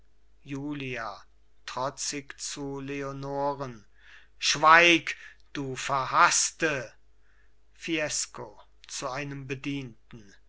julia trotzig zu leonoren schweig du verhaßte fiesco zu einem bedienten